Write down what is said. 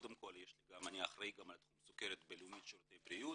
אני אחראי על תחום סוכרת בלאומית שירותי בריאות